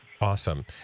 Awesome